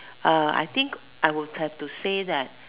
uh I think I will have to say that